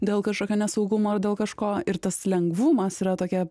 dėl kažkokio nesaugumo ar dėl kažko ir tas lengvumas yra tokia